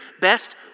best